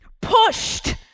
pushed